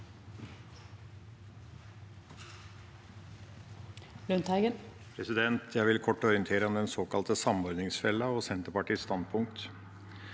Jeg vil kort ori- entere om den såkalte samordningsfella og Senterpartiets standpunkt.